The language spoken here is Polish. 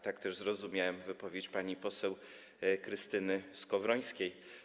Tak też zrozumiałem wypowiedź pani poseł Krystyny Skowrońskiej.